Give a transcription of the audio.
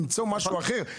אתם יכולים למצוא משהו אחר,